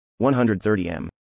130M